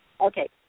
Okay